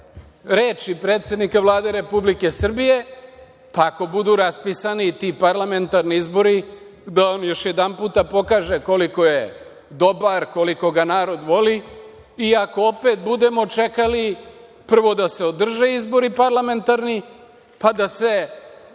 reči predsednika Vlade Republike Srbije, pa ako budu raspisani i ti parlamentarni izbori, da on još jedanputa pokaže koliko je dobar, koliko ga narod voli, i ako opet budemo čekali prvo da se održe izbori parlamentarni, pa da se